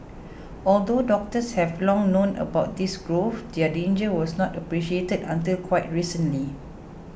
although doctors have long known about these growths their danger was not appreciated until quite recently